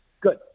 Good